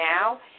now